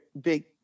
big